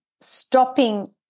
stopping